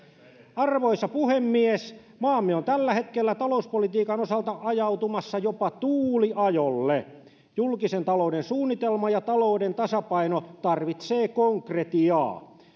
arvoisa puhemies maamme on tällä hetkellä talouspolitiikan osalta ajautumassa jopa tuuliajolle julkisen talouden suunnitelma ja talouden tasapaino tarvitsevat konkretiaa